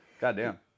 Goddamn